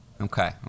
Okay